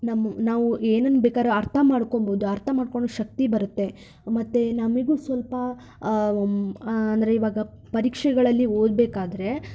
ನಮ್ಮೂ ನಾವು ಏನನ್ನು ಬೇಕಾದ್ರೂ ಅರ್ಥ ಮಾಡ್ಕೊಂಬೌದು ಅರ್ಥ ಮಾಡ್ಕೊಳೋ ಶಕ್ತಿ ಬರತ್ತೆ ಮತ್ತೆ ನಮಗೂ ಸ್ವಲ್ಪ ಅಂದರೆ ಈವಾಗ ಪರೀಕ್ಷೆಗಳಲ್ಲಿ ಓದಬೇಕಾದ್ರೆ